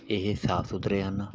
ਇਹ ਸਾਫ ਸੁਥਰੇ ਹਨ